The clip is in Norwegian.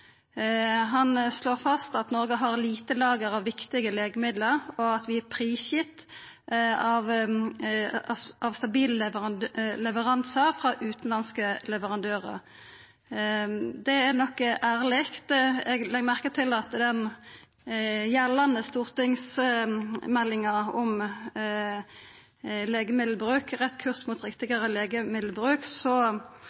Han slår fast at «Norge har lite lager av viktige legemidler og er prisgitt stabile leveranser fra utenlandske leverandører». Det er ærleg. Eg legg merke til at i den gjeldande stortingsmeldinga om legemiddelbruk, Rett kurs mot